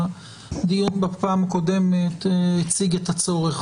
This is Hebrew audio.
הדיון בפעם הקודמת הציג את הצורך,